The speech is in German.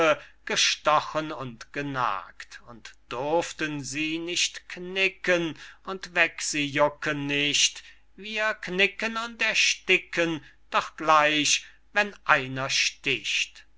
gestochen und genagt und durften sie nicht knicken und weg sie jucken nicht wir knicken und ersticken doch gleich wenn einer sticht